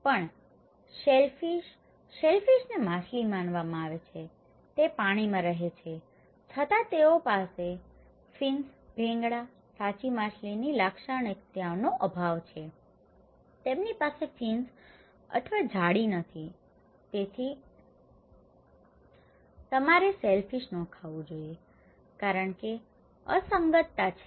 પણ શેલફિશ શેલફિશને માછલી માનવામાં આવે છે તે પાણીમાં રહે છે છતાં તેઓ પાસે ફિન્સ ભીંગડા સાચી માછલીની લાક્ષણિકતાઓનો અભાવ છે તેમની પાસે ફિન્સ અથવા જાળી નથી તેથી તમારે શેલફિશ ન ખાવું જોઈએ કારણ કે અસંગતતા છે